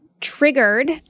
triggered